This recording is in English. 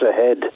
ahead